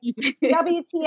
WTF